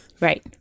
Right